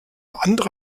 andere